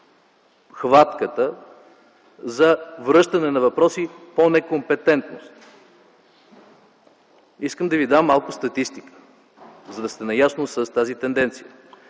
хватката за връщане на въпроси по некомпетентност. Искам да ви дам малко статистика, за да сте наясно с тази тенденция.